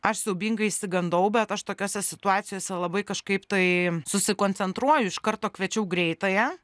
aš siaubingai išsigandau bet aš tokiose situacijose labai kažkaip tai susikoncentruoju iš karto kviečiau greitąją